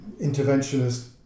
interventionist